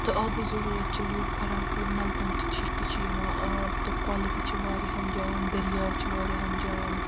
تہٕ آبٕچ ضروٗرت چھِ لوٗکھ کَران پوٗرٕ نلکن تہِ چھِ چھِ یوان آب تہٕ کۅلہٕ تہِ چھِ واریاہن جاین دٔریاو چھِ واریاہن جایَن